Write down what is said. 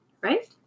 right